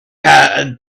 had